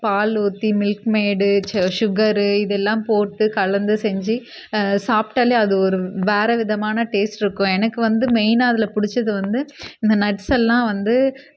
பால் ஊற்றி மில்க்மெய்டு ச ஷுகரு இதெல்லாம் போட்டுக் கலந்து செஞ்சு சாப்பிட்டாலே அது ஒரு வேறு விதமான டேஸ்ட் இருக்கும் எனக்கு வந்து மெய்னாக அதில் பிடிச்சது வந்து இந்த நட்ஸ்ஸெல்லாம் வந்து